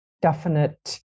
definite